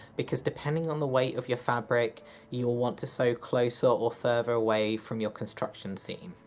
because depending on the weight of your fabric you will want to sew closer or further away from your construction seam.